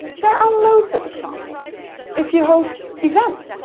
there are loads of examples if you host events,